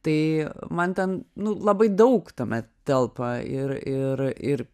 tai man ten nu labai daug tame telpa ir ir ir